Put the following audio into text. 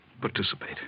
participate